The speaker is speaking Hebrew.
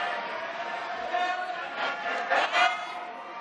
אתה רוצה לשבש?